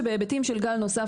שבהיבטים של גל עלייה נוסף,